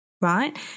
right